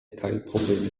teilprobleme